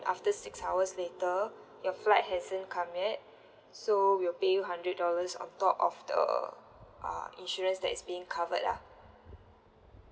after six hours later your flight hasn't come yet so we'll pay you hundred dollars on top of the uh insurance that is being covered lah